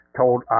told